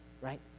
right